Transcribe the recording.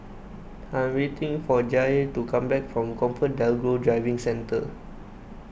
I am waiting for Jair to come back from ComfortDelGro Driving Centre